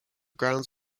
grounds